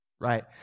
Right